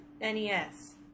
NES